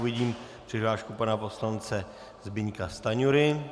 Vidím přihlášku pana poslance Zbyňka Stanjury.